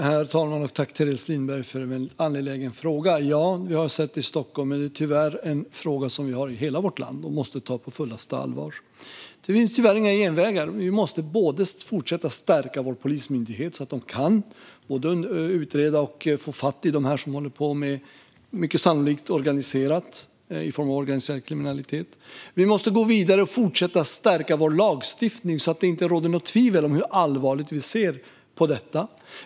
Herr talman! Tack, Teres Lindberg, för en angelägen fråga! Vi har sett detta i Stockholm, men det är tyvärr något som vi ser i hela vårt land och en fråga som vi måste ta på fullaste allvar. Det finns tyvärr inga genvägar. Vi måste fortsätta stärka vår polismyndighet så att man kan både utreda och få fatt i dem som håller på med detta, mycket sannolikt inom ramen för organiserad brottslighet. Vi måste gå vidare och fortsätta stärka vår lagstiftning så att det inte råder något tvivel om hur allvarligt vi ser på detta.